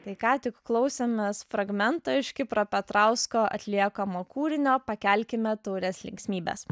tai ką tik klausėmės fragmento iš kipro petrausko atliekamo kūrinio pakelkime taures linksmybės